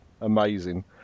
Amazing